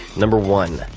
number one,